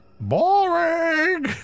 Boring